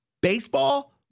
Baseball